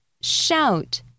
shout